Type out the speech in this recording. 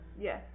Yes